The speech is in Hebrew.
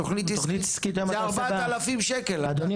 התכנית העסקית היא 4,000 ₪.